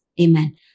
Amen